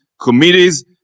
committees